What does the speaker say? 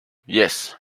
yes